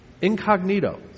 incognito